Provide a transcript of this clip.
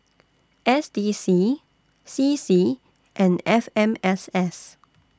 S D C C C and F M S S